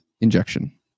injection